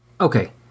Okay